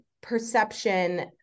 perception